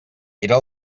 era